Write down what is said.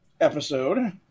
episode